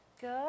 Good